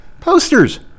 posters